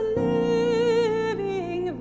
living